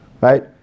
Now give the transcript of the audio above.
right